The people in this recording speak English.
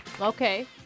okay